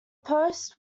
post